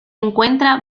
encuentra